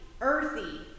earthy